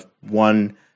one